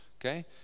okay